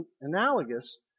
analogous